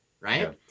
Right